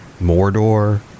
Mordor